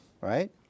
Right